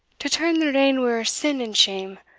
to turn the rein were sin and shame,